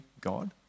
God